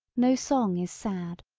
no song is sad.